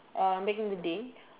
uh back in the day